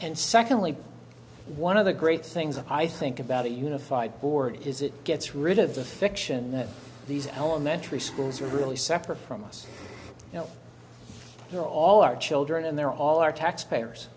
and secondly one of the great things i think about a unified board is it gets rid of the fiction that these elementary schools are really separate from us you know they're all our children and they're all our taxpayers